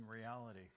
reality